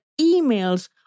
emails